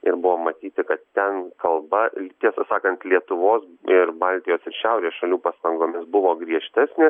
ir buvo matyti kad ten kalba tiesą sakant lietuvos ir baltijos ir šiaurės šalių pastangomis buvo griežtesnė